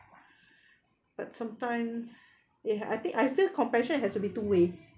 but sometimes eh I think I feel compassion has to be two ways